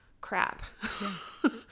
crap